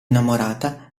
innamorata